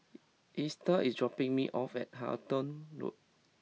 Estel is dropping me off at Halton Road